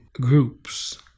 groups